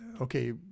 okay